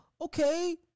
okay